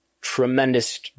tremendous